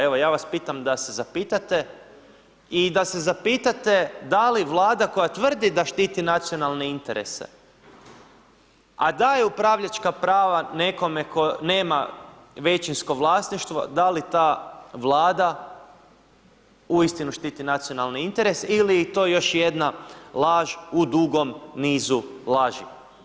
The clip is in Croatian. Evo ja vas pitam da se zapitate i da se zapitate da li Vlada koja tvrdi da štiti nacionalne interese, a daje upravljačka prava nekome ko nema većinsko vlasništvo da li ta Vlada uistinu štiti nacionalni interes ili je to još jedna laž u dugom nizu laži.